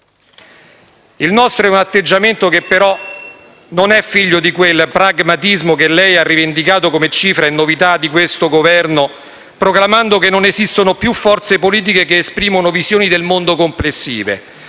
Il nostro è un atteggiamento che però non è figlio di quel "pragmatismo" che lei ha rivendicato come cifra e novità di questo Governo, proclamando che: «Non esistono più forze politiche che esprimono come un tempo complessive